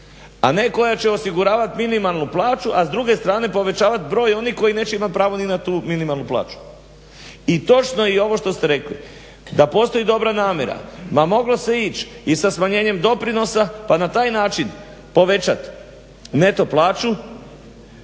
a ne koja će osiguravati minimalnu plaću a s druge strane povećavati broj onih koji neće imati pravo ni na tu minimalnu plaću. I točno je i ovo što ste rekli da postoji dobra namjera ma moglo se ići i sa smanjenjem doprinosa pa na taj način povećati neto plaću